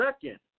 second